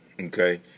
okay